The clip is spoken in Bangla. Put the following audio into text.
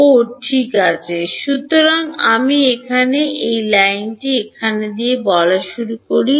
ওহ ঠিক আছে সুতরাং আমি এখানে এই লাইনটি দিয়ে শুরু করি